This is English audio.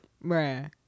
Right